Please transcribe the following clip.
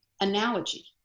analogy